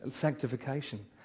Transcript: sanctification